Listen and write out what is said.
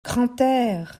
grantaire